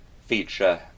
feature